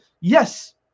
Yes